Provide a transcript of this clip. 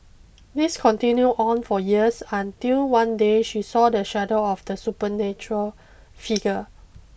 this continued on for years until one day she saw the shadow of the supernatural figure